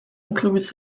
includes